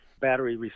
Battery